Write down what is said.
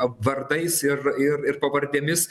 vardais ir ir ir pavardėmis